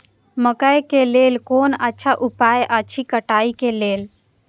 मकैय के लेल कोन अच्छा उपाय अछि कटाई के लेल?